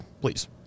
Please